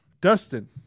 Dustin